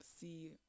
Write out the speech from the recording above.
see